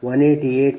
535 188